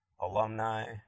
alumni